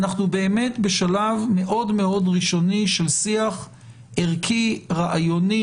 אנחנו באמת בשלב מאוד ראשוני של שיח ערכי ורעיוני.